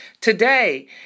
Today